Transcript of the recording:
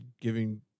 giving